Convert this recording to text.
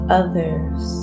others